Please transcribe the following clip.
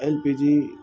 LPG